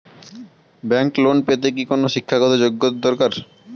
Bank loan পেতে কি কোনো শিক্ষা গত যোগ্য দরকার?